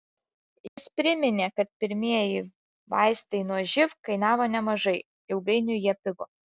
jis priminė kad pirmieji vaistai nuo živ kainavo nemažai ilgainiui jie pigo